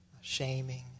shaming